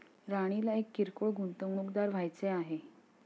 राणीला एक किरकोळ गुंतवणूकदार व्हायचे आहे